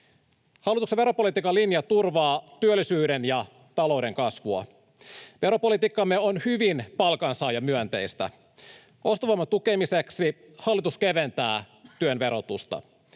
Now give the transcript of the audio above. Hallituksen veropolitiikan linja turvaa työllisyyden ja talouden kasvua. Veropolitiikkamme on hyvin palkansaajamyönteistä. Ostovoiman tukemiseksi hallitus keventää työn verotusta.